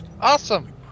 Awesome